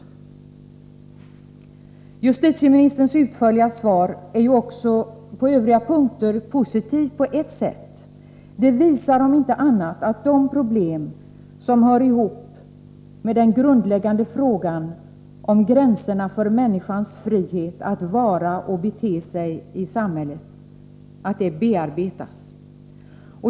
Justitieministerns utförliga svar är också på övriga punkter positivt på ett sätt. Det visar, om inte annat, att de problem som hör ihop med den grundläggande frågan om gränserna för människans frihet att vara och bete sig i samhället bearbetas.